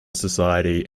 society